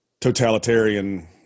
totalitarian